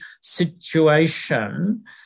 situation